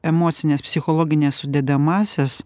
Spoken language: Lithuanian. emocines psichologines sudedamąsias